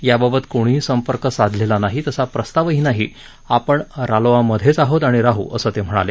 याबाबत कोणीही संपर्क साधलेला नाही तसा प्रस्तावही नाही आपण रालोआमधेच आहोत आणि राहू असं ते म्हणाले